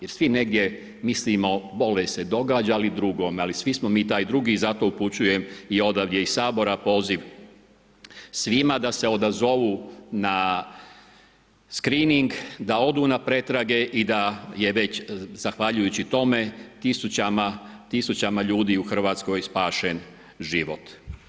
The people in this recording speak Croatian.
Jer svi negdje mislimo bolest se događa ali drugome, ali svi smo mi taj drugi i zato upućujem i odavde iz Sabora poziv svima da se odazovu na skrining, da odu na pretrage i da je već zahvaljujući tome tisućama ljudi u Hrvatskoj spašen život.